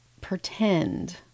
pretend